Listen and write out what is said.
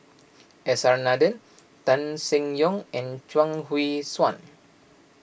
S R Nathan Tan Seng Yong and Chuang Hui Tsuan